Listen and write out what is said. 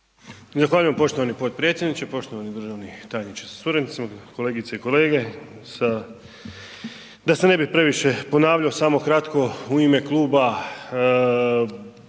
Zahvaljujem poštovani potpredsjedniče. Poštovani državni tajniče sa suradnicima, kolegice i kolege sa, da se ne bi previše ponavljao samo kratko, u ime kluba načelno